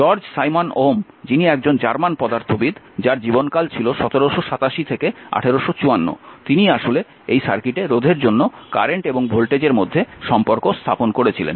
George Simon Ohm যিনি একজন German পদার্থবিদ যার জীবনকাল ছিল 1787 থেকে 1854 তিনিই আসলে একটি সার্কিটে রোধের জন্য কারেন্ট এবং ভোল্টেজের মধ্যে সম্পর্ক স্থাপন করেছিলেন